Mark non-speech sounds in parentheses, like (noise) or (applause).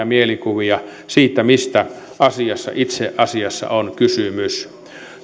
(unintelligible) mielikuvia siitä mistä asiassa itse asiassa on kysymys